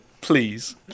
please